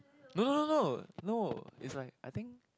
no no no no no it's like I think